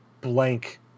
blank